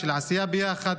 של עשייה ביחד,